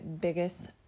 biggest